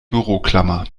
büroklammer